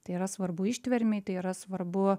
tai yra svarbu ištvermei tai yra svarbu